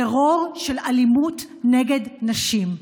טרור של אלימות נגד נשים.